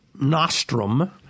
nostrum